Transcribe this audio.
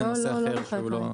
ואז זה נושא אחר.